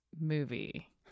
movie